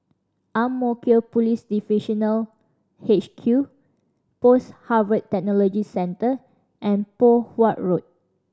Ang Mo Kio Police Divisional H Q Post Harvest Technology Centre and Poh Huat Road